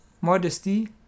modesty